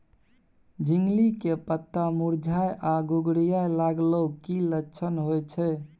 झिंगली के पत्ता मुरझाय आ घुघरीया लागल उ कि लक्षण होय छै?